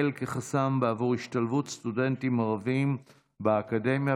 מבחן יע"ל כחסם בעבור השתלבות סטודנטים ערבים באקדמיה.